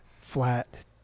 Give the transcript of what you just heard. flat